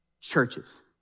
churches